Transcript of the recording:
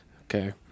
Okay